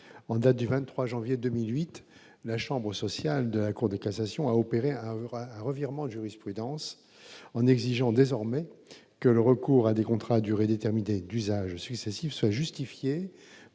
en date du 23 janvier 2008, la chambre sociale de la Cour de cassation a opéré un revirement de jurisprudence en exigeant désormais que le recours à des contrats à durée déterminée d'usage suisse Steve soit justifiée